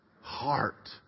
heart